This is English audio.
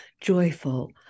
joyful